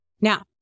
Now